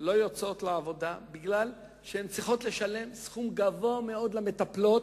לא יוצאות לעבודה כי הן צריכות לשלם סכום גבוה מאוד למטפלות.